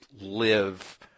live